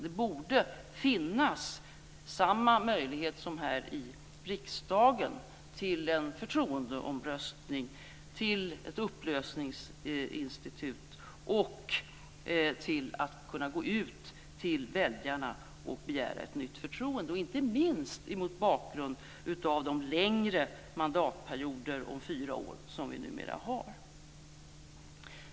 Det borde finnas samma möjligheter som här i riksdagen till en förtroendeomröstning, till ett upplösningsinstitut och till att gå ut till väljarna och begära ett nytt förtroende. Inte minst gäller detta mot bakgrund av de längre mandatperioder om fyra år som vi numera har.